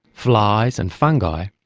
flies and fungi,